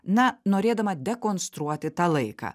na norėdama dekonstruoti tą laiką